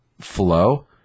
flow